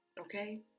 okay